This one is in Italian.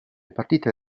partite